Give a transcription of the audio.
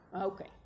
Okay